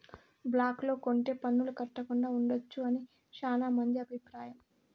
black లో కొంటె పన్నులు కట్టకుండా ఉండొచ్చు అని శ్యానా మంది అభిప్రాయం